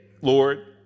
Lord